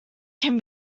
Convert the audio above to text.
can